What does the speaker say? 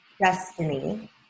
Destiny